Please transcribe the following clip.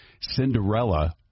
Cinderella